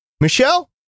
Michelle